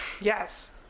Yes